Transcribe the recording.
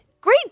great